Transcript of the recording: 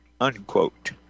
unquote